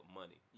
money